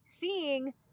seeing